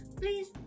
please